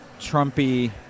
Trumpy